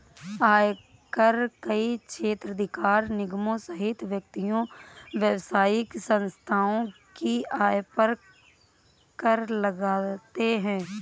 आयकर कई क्षेत्राधिकार निगमों सहित व्यक्तियों, व्यावसायिक संस्थाओं की आय पर कर लगाते हैं